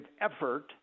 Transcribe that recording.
effort